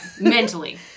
mentally